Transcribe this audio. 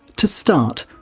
to start,